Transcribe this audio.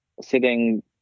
sitting